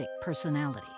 personality